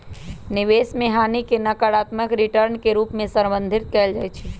निवेश में हानि के नकारात्मक रिटर्न के रूप में संदर्भित कएल जाइ छइ